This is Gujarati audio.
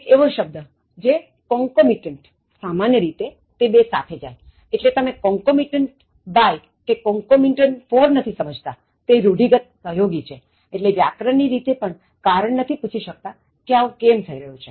એક એવો શબ્દ છે concomitant સામાન્ય રીતે તે બે સાથે જાય એટલે તમે concomitant by કે concomitant for નથી સમજતાતે રુઢિગતસહયોગી છેએટલે વ્યાકરણ ની રીતે પણ કારણ નથી પૂછી શકતા કે આવું કેમ થઇ રહ્યું છે